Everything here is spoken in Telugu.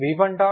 v1u2v1 v1